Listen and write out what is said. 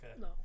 no